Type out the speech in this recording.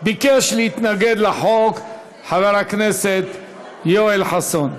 ביקש להתנגד לחוק חבר הכנסת יואל חסון.